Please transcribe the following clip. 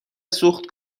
سوخت